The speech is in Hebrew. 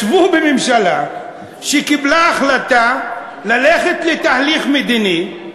ישבו בממשלה שקיבלה החלטה ללכת לתהליך מדיני,